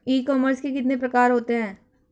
ई commerce के कितने प्रकार होते हैं?